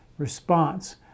response